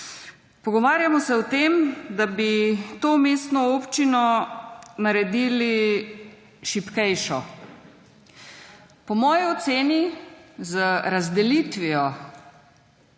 Pogovarjamo se o tem, da bi to mestno občino naredili šibkejšo. Po moji oceni z razdelitvijo